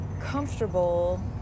comfortable